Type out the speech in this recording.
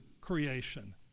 creation